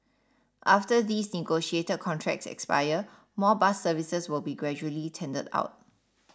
after these negotiated contracts expire more bus services will be gradually tendered out